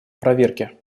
проверке